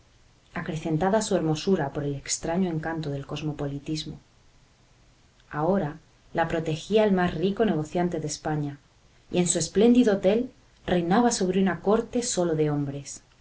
acrecentada su hermosura por el extraño encanto del cosmopolitismo ahora la protegía el más rico negociante de españa y en su espléndido hotel reinaba sobre una corte sólo de hombres